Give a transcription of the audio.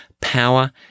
power